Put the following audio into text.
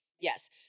Yes